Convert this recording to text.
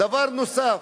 דבר נוסף,